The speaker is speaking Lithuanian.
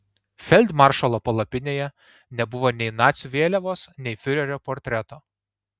feldmaršalo palapinėje nebuvo nei nacių vėliavos nei fiurerio portreto